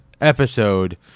episode